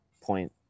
point